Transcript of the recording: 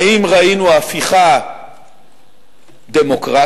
האם ראינו הפיכה דמוקרטית,